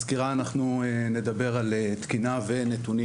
בסקירה אנחנו נדבר על תקינה ונתונים,